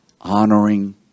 Honoring